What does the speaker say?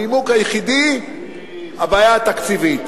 הנימוק היחידי: הבעיה התקציבית.